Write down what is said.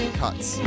cuts